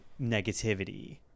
negativity